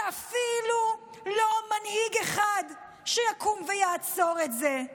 ואפילו לא מנהיג אחד שיקום ויעצור את זה.